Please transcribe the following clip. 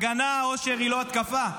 הגנה היא לא התקפה, אושר.